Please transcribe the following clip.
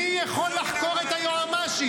מי יכול לחקור את היועמ"שית?